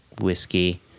whiskey